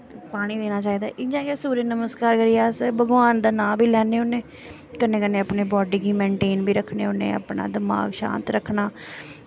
पानी देना चाहिदा इ'यां गै सुरज नमस्कार करियै अस भगवान दा नां बी लैन्ने होन्ने कन्नै कन्नै अपनी बॉड्डी गी मेन्टेन बी रक्खने होन्ने अपना दमाक शांत रक्खना